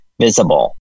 visible